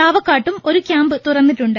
ചാവക്കാട്ടും ഒരു ക്യാമ്പ് തുറന്നിട്ടുണ്ട്